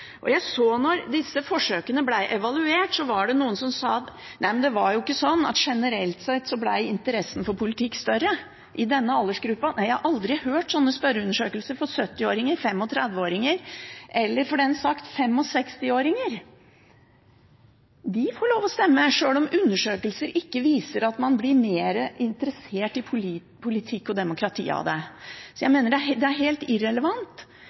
som sa at det ikke var sånn at interessen for politikk generelt sett ble større i denne aldersgruppa. Jeg har aldri hørt om sånne spørreundersøkelser for 70-åringer, for 35-åringer eller, for den saks skyld, for 65-åringer. De får lov til å stemme sjøl om undersøkelser ikke viser at man blir mer interessert i politikk og demokrati av det. Så jeg mener det er helt irrelevant. Poenget er: